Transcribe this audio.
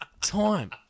time